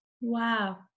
Wow